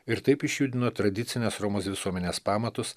ir taip išjudino tradicinės romos visuomenės pamatus